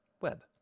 Web